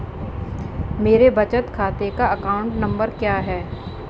मेरे बचत खाते का अकाउंट नंबर क्या है?